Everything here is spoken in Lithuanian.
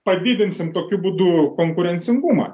padidinsim tokiu būdu konkurencingumą